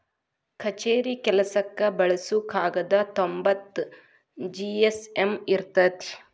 ಕಛೇರಿ ಕೆಲಸಕ್ಕ ಬಳಸು ಕಾಗದಾ ತೊಂಬತ್ತ ಜಿ.ಎಸ್.ಎಮ್ ಇರತತಿ